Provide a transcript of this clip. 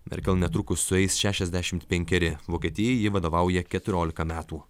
merkel netrukus sueis šešiasdešimt penkeri vokietijai ji vadovauja keturiolika metų